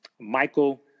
Michael